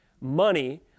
money